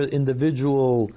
individual